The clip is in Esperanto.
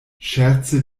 ŝerce